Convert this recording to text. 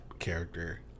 character